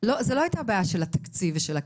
זו לא הייתה בעיה של התקציב ושל הכסף,